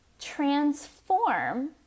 transform